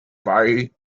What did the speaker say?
phi